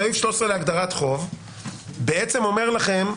סעיף 13 להגדרת חוב בעצם אומר לכם: